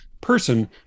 person